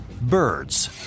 birds